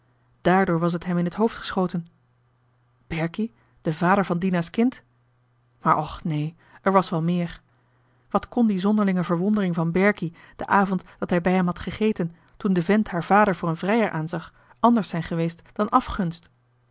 dààrdoor was het hem in het hoofd geschoten berkie de vader van dina's kind maar och neen er was wel meer wat kon die zonderlinge verwondering van berkie den avond dat hij bij hem had gegeten toen de vent haar vader voor een vrijer aanzag anders zijn geweest dan afgunst